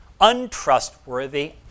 untrustworthy